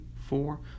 four